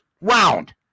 round